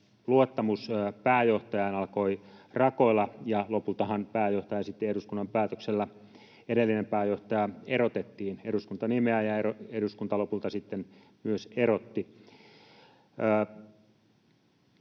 luottamus pääjohtajaan alkoi rakoilla, ja lopultahan edellinen pääjohtaja sitten eduskunnan päätöksellä erotettiin. Eduskunta nimeää, ja eduskunta lopulta sitten myös erotti.